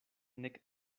nek